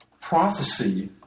Prophecy